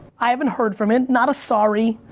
i haven't heard from him, not a sorry,